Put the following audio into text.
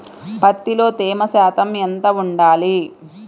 పత్తిలో తేమ శాతం ఎంత ఉండాలి?